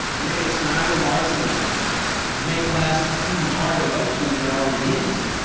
and they make snide remarks and make class even harder to go to than it already is.